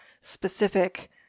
specific